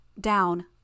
down